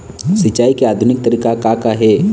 सिचाई के आधुनिक तरीका का का हे?